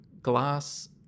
Glass